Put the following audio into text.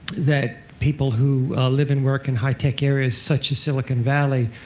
that people who live and work in high-tech areas, such as silicon valley,